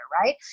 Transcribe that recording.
right